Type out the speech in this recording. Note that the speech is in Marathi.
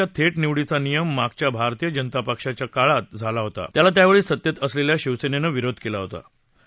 सरपंचाच्या थेट निवडीचा नियम मागच्या भारतीय जनता पक्ष सरकारच्या काळात झाला होता त्याला त्यावेळी सत्तेत असलेल्या शिवसेनेनं विरोध केला होता